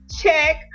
check